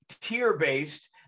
tier-based